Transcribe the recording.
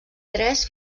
tres